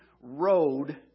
road